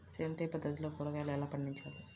సేంద్రియ పద్ధతిలో కూరగాయలు ఎలా పండించాలి?